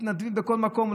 מתנדבים בכל מקום,